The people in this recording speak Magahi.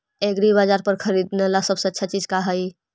एग्रीबाजार पर खरीदने ला सबसे अच्छा चीज का हई?